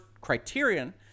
criterion